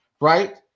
right